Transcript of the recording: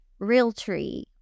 Realtree